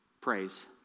Praise